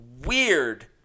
weird